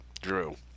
Drew